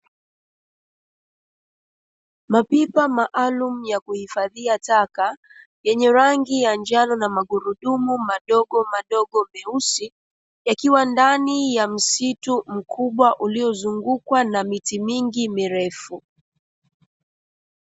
Mapipa maalumu ya kuhifadhia taka, yenye rangi ya njano na magurudumu madogomadogo meusi, yakiwa ndani ya msitu mkubwa uliozungukwa na miti mingi mirefu.